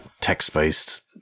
text-based